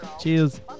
cheers